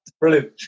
Brilliant